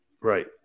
Right